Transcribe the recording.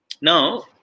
Now